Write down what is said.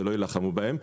שלא יילחמו בהם.